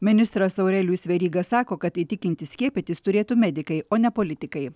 ministras aurelijus veryga sako kad įtikinti skiepytis turėtų medikai o ne politikai